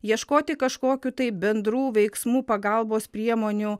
ieškoti kažkokių tai bendrų veiksmų pagalbos priemonių